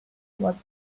was